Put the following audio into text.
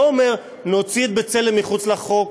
לא אומר: נוציא את "בצלם" מחוץ לחוק,